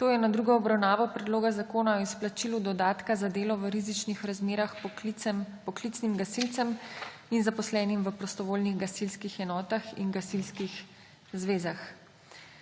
gostom! Na mizi imamo Predlog zakona o izplačilu dodatka za delo v rizičnih razmerah poklicnim gasilcem in zaposlenim v prostovoljnih gasilskih enotah in gasilskih zvezah.